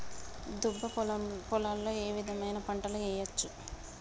దుబ్బ పొలాల్లో ఏ విధమైన పంటలు వేయచ్చా?